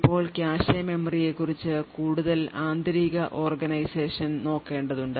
ഇപ്പോൾ കാഷെ മെമ്മറിയെക്കുറിച്ച് കൂടുതൽ ആന്തരിക ഓർഗനൈസേഷൻ നോക്കേണ്ടതുണ്ട്